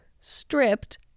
stripped